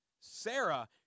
Sarah